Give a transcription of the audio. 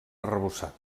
arrebossat